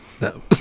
No